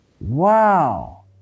wow